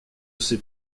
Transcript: ces